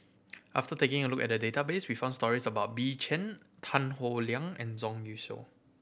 after taking a look at the database we found stories about Bill Chen Tan Howe Liang and Zhang Youshuo